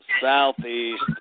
Southeast